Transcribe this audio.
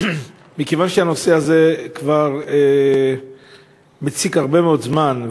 מכיוון שהנושא הזה כבר מציק הרבה מאוד זמן,